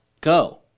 go